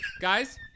Guys